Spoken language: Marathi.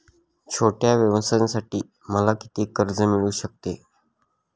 छोट्या व्यवसायासाठी मला किती कर्ज मिळू शकते?